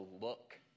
look